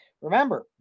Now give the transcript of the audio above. Remember